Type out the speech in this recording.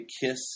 kiss